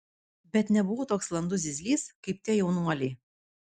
bet nebuvau toks landus zyzlys kaip tie jaunuoliai